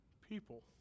people